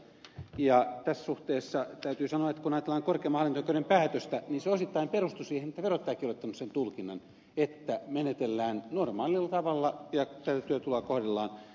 tässä suhteessa täytyy sanoa kun ajatellaan korkeimman hallinto oikeuden päätöstä että se osittain perustui siihen että verottajakin oli ottanut sen tulkinnan että menetellään normaalilla tavalla ja tätä työtuloa kohdellaan osinkotulona